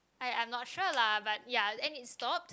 I I'm not sure lah but ya and it stop